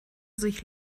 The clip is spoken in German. sich